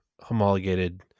homologated